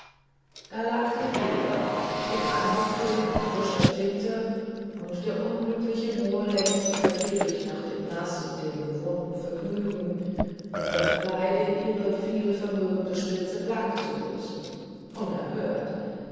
da lag die feder dick angefüllt mit frischer tinte und der unglückliche mohr lechzte vergeblich nach dem naß und dem gewohnten vergnügen mit seinem kleide ihre vielvermögende spitze blank zu putzen unerhört